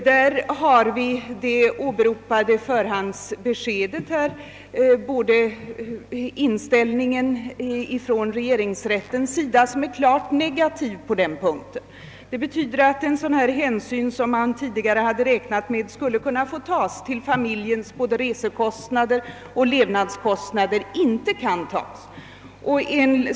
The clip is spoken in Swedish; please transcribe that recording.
Där har vi det åberopade förhandsbeskedet och inställningen från regeringsrättens sida som är klart negativ på den punkten. Det betyder att man inte kan ta den hänsyn till familjens resekostnader och levnadskostnader som man tidigare hade räknat med.